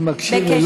אני מקשיב.